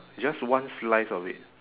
just one slice of it